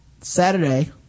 saturday